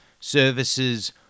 services